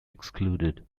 excluded